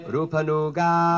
Rupanuga